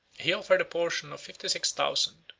he offered a portion of fifty-six thousand,